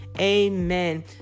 amen